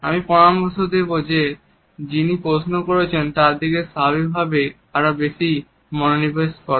আমি পরামর্শ দেবো যে যিনি প্রশ্ন জিজ্ঞেস করছেন তার দিকে স্বাভাবিকভাবেই আরো বেশি মনোনিবেশ করো